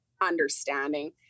understanding